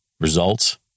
Results